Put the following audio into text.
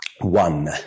one